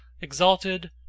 exalted